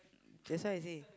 just now you say